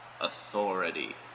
authority